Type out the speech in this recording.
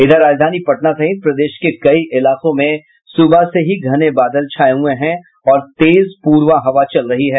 इधर राजधानी पटना सहित प्रदेश के कई इलाकों में सुबह से ही घने बादल छाये हुये हैं और तेज पूर्वा हवा चल रही है